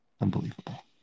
unbelievable